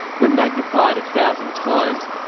when magnified a thousand times,